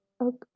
Okay